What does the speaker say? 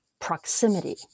proximity